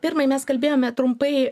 pirmai mes kalbėjome trumpai